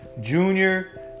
Junior